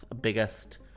biggest